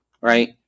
right